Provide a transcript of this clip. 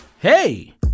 Hey